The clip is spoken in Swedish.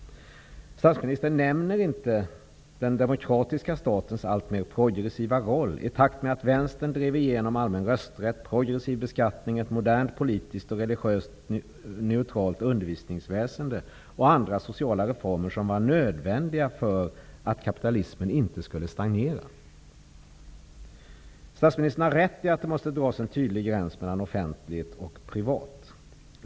Statsministern nämner inte den demokratiska statens alltmer progressiva roll i takt med att vänstern drev igenom allmän rösträtt, progressiv beskattning, ett modernt politiskt och religiöst neutralt undervisningsväsende och andra sociala reformer som var nödvändiga för att kapitalismen inte skulle stagnera. Statsministern har rätt i att det måste dras en tydlig gräns mellan offentligt och privat.